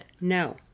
No